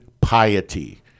piety